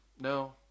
No